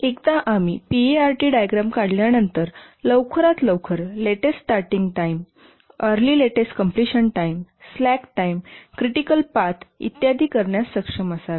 आणि एकदा आम्ही पीईआरटी डायग्रॅम काढल्यानंतर आम्ही लवकरात लवकर latest starting time early latest completion time slack time critical path इत्यादी करण्यास सक्षम असावे